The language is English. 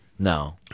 No